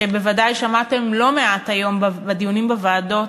שבוודאי שמעתם היום לא מעט בדיונים בוועדות,